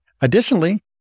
Additionally